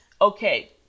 Okay